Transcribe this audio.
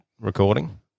recording